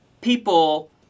people